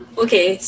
okay